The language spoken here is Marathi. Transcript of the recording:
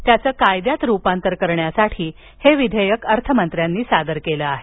त्याचं कायद्यात रुपांतर करण्यासाठी हे विधेयक अर्थमंत्र्यांनी सादर केलं आहे